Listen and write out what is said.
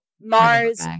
Mars